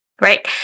right